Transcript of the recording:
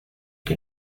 que